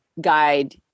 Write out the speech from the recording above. guide